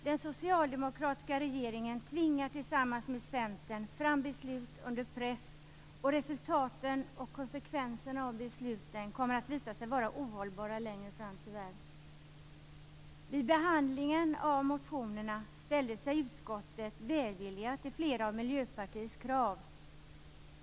Den socialdemokratiska regeringen tvingar tillsammans med Centern fram beslut under press, och resultaten och konsekvenserna av besluten kommer tyvärr att visa sig vara ohållbara längre fram. Vid behandlingen av motionerna ställde sig utskottet välvilligt till flera av Miljöpartiets krav.